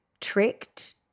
tricked